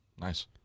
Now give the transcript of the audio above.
Nice